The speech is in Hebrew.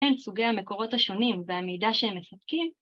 הן סוגי המקורות השונים והמידע שהם מספקים.